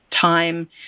time